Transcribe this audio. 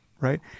Right